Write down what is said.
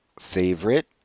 favorite